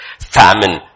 famine